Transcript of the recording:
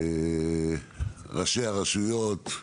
ראשי הרשויות,